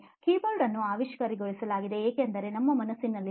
keyboard ಅನ್ನು ಆವಿಷ್ಕರಿಸಲಾಗಿದೆ ಏಕೆಂದರೆ ನಮ್ಮ ಮನಸ್ಸಿನಲ್ಲಿತ್ತು